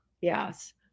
Yes